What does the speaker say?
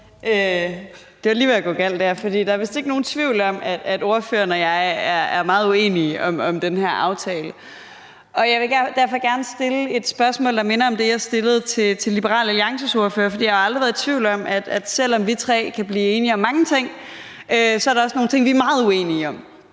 Det var lige ved at gå galt der, for der er vist ikke nogen tvivl om, at ordføreren og jeg er meget uenige om den her aftale. Jeg vil derfor gerne stille et spørgsmål, der minder om det, jeg stillede til Liberal Alliances ordfører, fordi jeg aldrig har været tvivl om, at selv om vi tre kan blive enige om mange ting, er der også nogle ting, vi er meget uenige om,